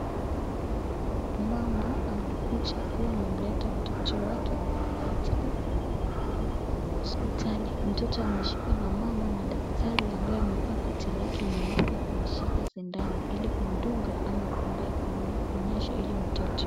Mama amekuja akiwa amemleta mtoto wake katika hospitali ,mtoto ameshikwa na mama na daktari ambaye amevaa koti lake nyeupe ,amemshika sidano ili kumdunga mtoto.